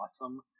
awesome